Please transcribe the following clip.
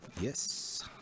Yes